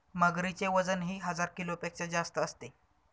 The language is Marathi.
मगरीचे वजनही हजार किलोपेक्षा जास्त असते